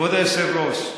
כבוד היושב-ראש,